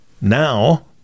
now